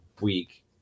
week